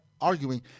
arguing